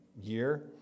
year